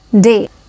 Day